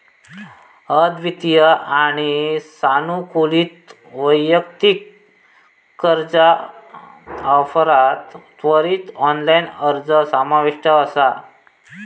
अद्वितीय आणि सानुकूलित वैयक्तिक कर्जा ऑफरात त्वरित ऑनलाइन अर्ज समाविष्ट असा